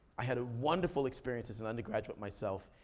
i had a wonderful experience as an undergraduate myself,